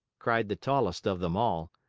cried the tallest of them all,